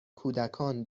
کودکان